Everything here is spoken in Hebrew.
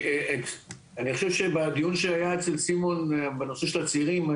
אני חושב שבדיון שהיה אצל סימון בנושא של הצעירים,